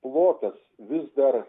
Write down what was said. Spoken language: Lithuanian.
plotas vis dar